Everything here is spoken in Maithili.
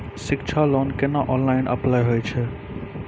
शिक्षा लोन केना ऑनलाइन अप्लाय होय छै?